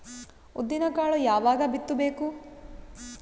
ಉದ್ದಿನಕಾಳು ಯಾವಾಗ ಬಿತ್ತು ಬೇಕು?